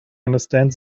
understand